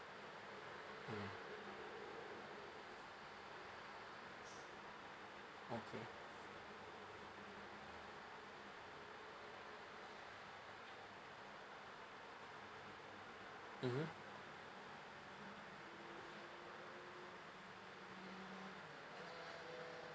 mm okay mmhmm